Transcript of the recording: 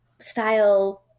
style